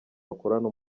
bakorana